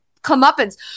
comeuppance